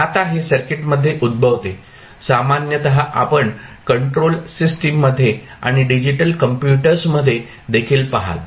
आता हे सर्किटमध्ये उद्भवते सामान्यत आपण कंट्रोल सिस्टीम मध्ये आणि डिजिटल कम्प्युटर्स मध्ये देखील पहाल